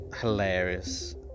hilarious